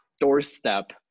doorstep